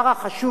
קביעת